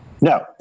No